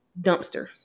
dumpster